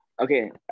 Okay